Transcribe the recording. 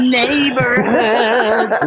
neighborhood